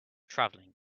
traveling